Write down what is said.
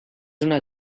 una